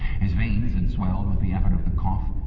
his veins had swelled with the effort of the cough,